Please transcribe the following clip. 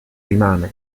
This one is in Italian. rimane